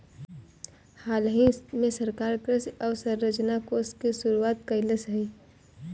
हालही में सरकार कृषि अवसंरचना कोष के शुरुआत कइलस हियअ